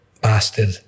bastard